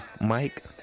Mike